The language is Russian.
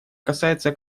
касается